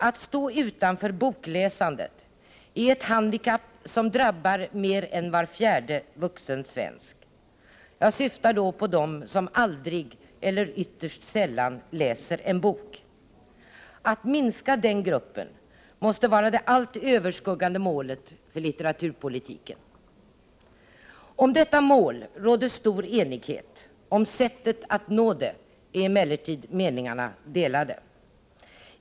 Att stå utanför bokläsandet är ett handikapp som drabbar mer än var fjärde vuxen svensk. Jag syftar då på dem som aldrig eller ytterst sällan läser en bok. Att minska den gruppen måste vara det allt överskuggande målet för litteraturpolitiken. Om detta mål råder stor enighet, om sättet att nå det är emellertid meningarna delade.